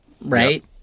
right